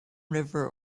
river